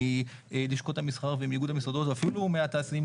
מלשכות המסחר ואיגוד המסעדות ואפילו התעשיינים,